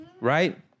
Right